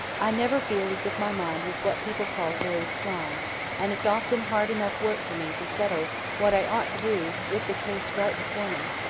i never feel as if my mind was what people call very strong and it's often hard enough work for me to settle what i ought to do with the case right before me.